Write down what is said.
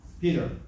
Peter